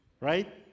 Right